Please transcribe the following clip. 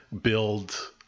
build